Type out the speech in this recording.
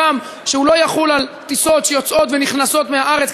סוכם שהוא לא יחול על טיסות שיוצאות ונכנסות מהארץ,